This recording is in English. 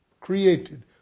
created